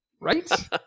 Right